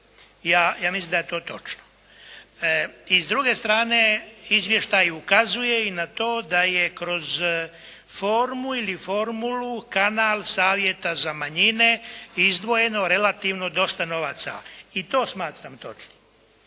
Ja mislim da je to točno. I s druge strane izvještaj ukazuje i na to da je kroz formu ili formulu kanal savjeta za manjine izdvojeno relativno dosta novaca i to smatram točnim.